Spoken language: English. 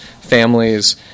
families